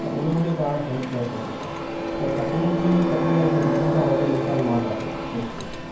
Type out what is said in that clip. उन्हनि खे पाण हैल्प करे सघूं था त तकनीकी कठिनाई जो सभिनि खां वॾो मिसाल मां तव्हांखे पेश कई आहे